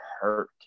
hurt